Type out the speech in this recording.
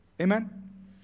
Amen